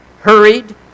hurried